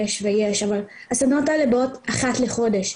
אבל הסדנאות האלה באות אחת לחודש,